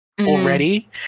already